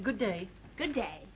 good day good day